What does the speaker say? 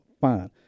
fine